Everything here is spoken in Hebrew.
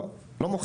לא, לא מוכיח.